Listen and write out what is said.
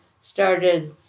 started